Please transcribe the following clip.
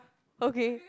okay